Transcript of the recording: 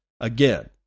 again